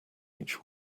each